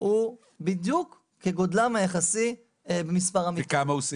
הוא בדיוק כגודלם היחסי במספרם --- וכמה זה?